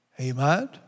Amen